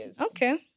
okay